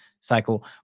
cycle